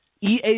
EA